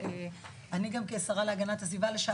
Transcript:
שאני גם כשרה להגנת הסביבה לשעבר,